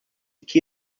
que